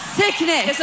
sickness